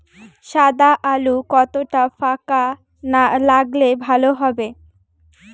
সাদা আলু কতটা ফাকা লাগলে ভালো হবে?